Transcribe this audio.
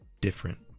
different